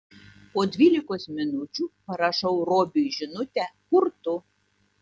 po dvylikos minučių parašau robiui žinutę kur tu